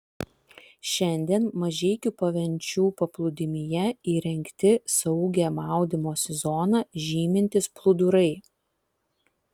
šiandien mažeikių pavenčių paplūdimyje įrengti saugią maudymosi zoną žymintys plūdurai